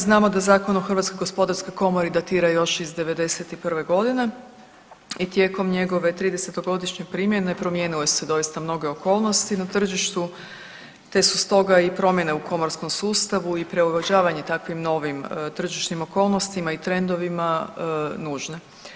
Znamo da Zakon o Hrvatskoj gospodarskoj komori datira još iz '91. godine i tijekom njegove 30-togodišnje primjene promijenile su se doista mnoge okolnosti na tržištu te su stoga i promjene u komorskom sustavu i prilagođavanje takvim novim tržišnim okolnostima i trendovima nužne.